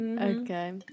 Okay